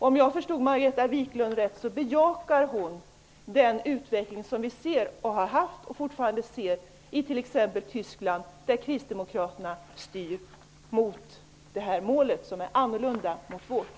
Om jag förstod Margareta Viklund rätt så bejakar hon den utveckling som vi fortfarande ser i t.ex. Tyskland, där Kristdemokraterna styr mot nämnda mål, vilket är annorlunda jämfört med vårt.